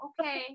Okay